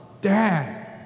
Dad